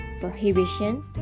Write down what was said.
prohibition